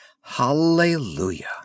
hallelujah